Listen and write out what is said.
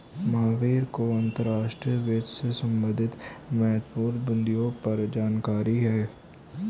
महावीर को अंतर्राष्ट्रीय वित्त से संबंधित महत्वपूर्ण बिन्दुओं पर जानकारी है